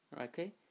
Okay